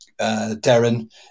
Darren